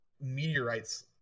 meteorites